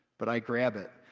but i grab it,